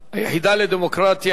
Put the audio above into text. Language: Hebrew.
אורחי היחידה לדמוקרטיה,